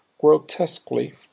grotesquely